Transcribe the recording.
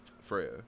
Freya